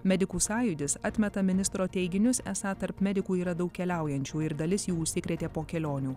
medikų sąjūdis atmeta ministro teiginius esą tarp medikų yra daug keliaujančių ir dalis jų užsikrėtė po kelionių